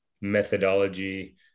methodology